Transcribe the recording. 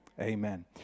Amen